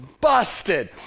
busted